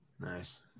Nice